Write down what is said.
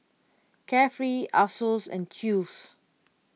Carefree Asos and Chew's